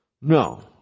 No